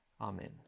Amen